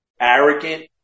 arrogant